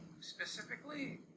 specifically